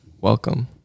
Welcome